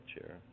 chair